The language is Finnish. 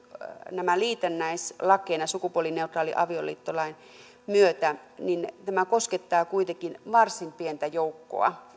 nämä liitännäislakeina sukupuolineutraalin avioliittolain myötä koskettavat kuitenkin varsin pientä joukkoa